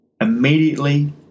Immediately